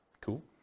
Cool